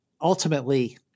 ultimately